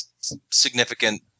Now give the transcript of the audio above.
significant